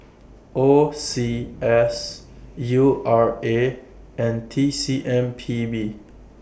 O C S U R A and T C M P B